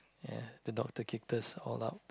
ya the doctor kicked us all out